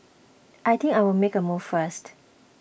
I think I'll make a move first